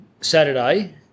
Saturday